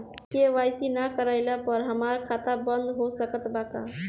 KYC ना करवाइला पर हमार खाता बंद हो सकत बा का?